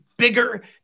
bigger